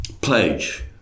pledge